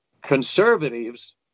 conservatives